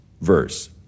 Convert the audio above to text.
verse